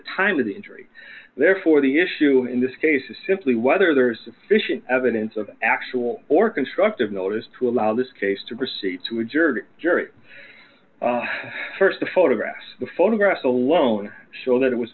time of the injury therefore the issue in this case is simply whether there is sufficient evidence of actual or constructive notice to allow this case to proceed to adjourn jury first the photographs the photographs alone show that it was